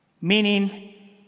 Meaning